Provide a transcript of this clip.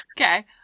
Okay